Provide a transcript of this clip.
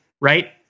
right